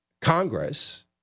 Congress